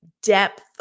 depth